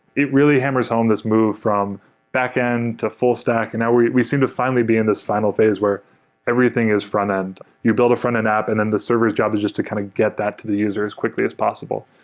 it really hammers home this move from backend to full stack, and now we we seem to finally be in this final phase where everything is frontend. you build a frontend app and then the server's job is just to kind of get that to the user as quickly as possible.